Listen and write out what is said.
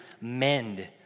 mend